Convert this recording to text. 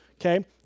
Okay